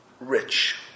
rich